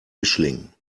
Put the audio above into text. mischling